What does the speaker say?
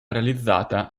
realizzata